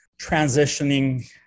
transitioning